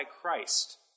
Christ